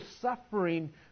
suffering